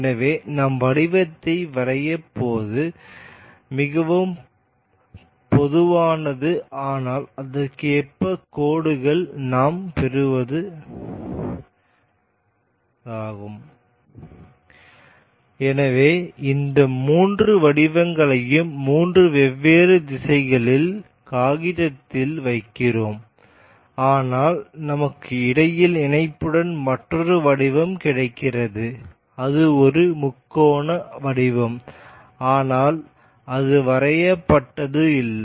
எனவே நாம் வடிவத்தை வரையாதபோது மிகவும் பொதுவானது ஆனால் அதற்கேற்ப கோடுகள் நாம் பெறுவதாகும் எனவே இந்த மூன்று வடிவங்களையும் மூன்று வெவ்வேறு திசைகளில் காகிதத்தில் வரைகிறோம் ஆனால் நமக்கும் இடையில் இணைப்புடன் மற்றொரு வடிவம் கிடைக்கிறது அது ஒரு முக்கோண வடிவம் ஆனால் அது வரையப்பட்டது இல்லை